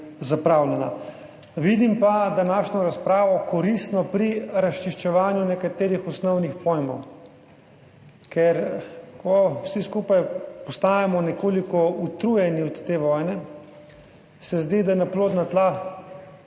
zapravljena. Vidim pa današnjo razpravo koristno pri razčiščevanju nekaterih osnovnih pojmov, ker ko vsi skupaj postajamo nekoliko utrujeni od te vojne, se zdi, da na plodna tla